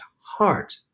heart